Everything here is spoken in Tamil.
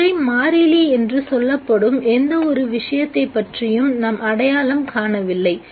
இதுவரை மாறிலி என்று சொல்லப்படும் எந்த ஒரு விஷயத்தைப் பற்றியும் நாம் அடையாளம் காணவில்லை